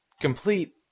complete